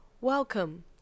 Welcome